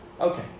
Okay